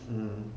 mmhmm